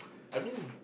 I mean